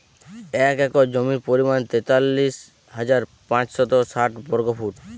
এক একর জমির পরিমাণ তেতাল্লিশ হাজার পাঁচশত ষাট বর্গফুট